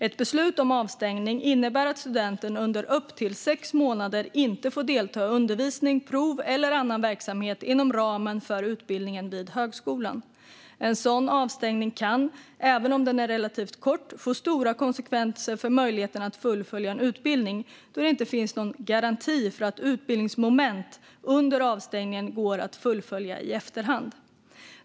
Ett beslut om avstängning innebär att studenten under upp till sex månader inte får delta i undervisning, prov eller annan verksamhet inom ramen för utbildningen vid högskolan. En sådan avstängning kan även om den är relativt kort få stora konsekvenser för möjligheterna att fullfölja en utbildning, då det inte finns någon garanti för att utbildningsmoment under avstängningen går att fullfölja i efterhand.